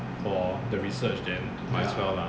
for the research then might as well lah